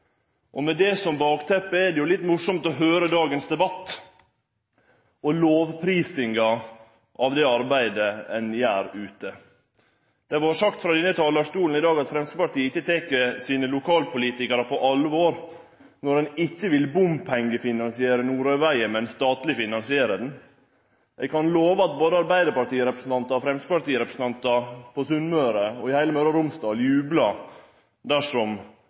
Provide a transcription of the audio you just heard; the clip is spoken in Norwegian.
Med det som bakteppe er det jo litt morosamt å høre dagens debatt og lovprisinga av det arbeidet ein gjer ute. Det vart sagt frå denne talarstolen i dag at Framstegspartiet ikkje tek sine lokalpolitikarar på alvor når ein ikkje vil bompengefinansiere Nordøyvegen, men statleg finansiere han. Eg kan love at både arbeiderpartirepresentantar og framstegspartirepresentantar på Sunnmøre og i heile Møre og Romsdal jublar dersom